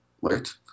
wait